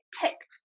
ticked